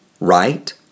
right